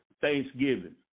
thanksgiving